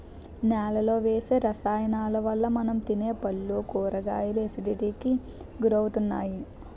నేలలో వేసే రసాయనాలవల్ల మనం తినే పళ్ళు, కూరగాయలు ఎసిడిటీకి గురవుతున్నాయి